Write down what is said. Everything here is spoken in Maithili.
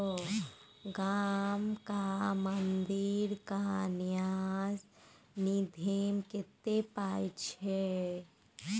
गामक मंदिरक न्यास निधिमे कतेक पाय छौ